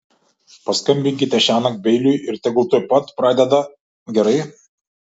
paskambinkite šiąnakt beiliui ir tegul tuoj pat pradeda gerai